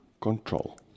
control